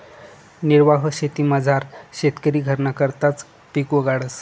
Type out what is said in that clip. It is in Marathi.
निर्वाह शेतीमझार शेतकरी घरना करताच पिक उगाडस